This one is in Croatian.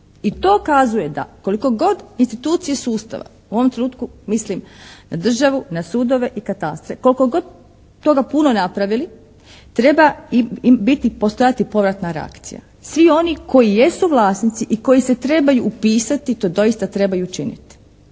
i to kazuje da koliko god institucije sustava u ovom trenutku mislim na državu, na sudove i katastre, koliko god toga puno napravili treba biti i postojati povratna reakcija. Svi oni koji jesu vlasnici i koji se trebaju upisati to doista trebaju učiniti.